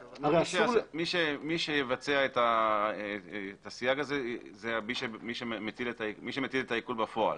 מי שיבצע את הסייג הזה זה מי שמטיל את העיקול בפועל,